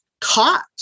caught